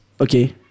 Okay